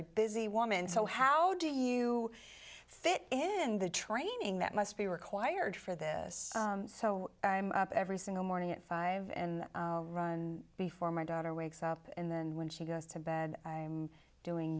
a busy woman so how do you fit in the training that must be required for this so i'm up every single morning at five and run before my daughter wakes up and then when she goes to bed i'm doing